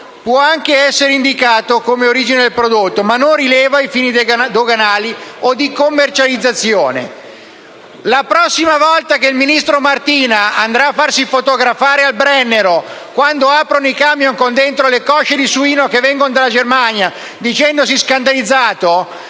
può anche essere indicata come origine del prodotto, ma non rileva ai fini doganali o di commercializzazione. La prossima volta che il ministro Martina andrà a farsi fotografare al Brennero quando aprono i camion con dentro le cosce di suino che vengono dalla Germania dicendosi scandalizzato,